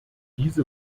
diese